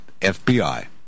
FBI